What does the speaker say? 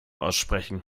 aussprechen